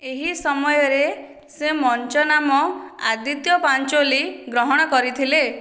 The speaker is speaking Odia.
ଏହି ସମୟରେ ସେ ମଞ୍ଚ ନାମ ଆଦିତ୍ୟ ପାଞ୍ଚୋଲି ଗ୍ରହଣ କରିଥିଲେ